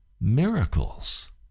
miracles